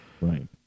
right